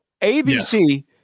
ABC